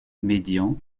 médian